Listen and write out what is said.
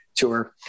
tour